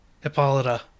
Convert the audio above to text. Hippolyta